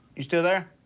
you still there?